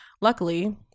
Luckily